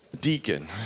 deacon